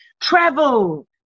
travel